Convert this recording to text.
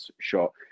shot